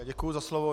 Děkuji za slovo.